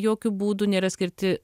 jokiu būdu nėra skirti